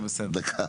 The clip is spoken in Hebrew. זה בסדר.